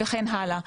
וכן הלאה.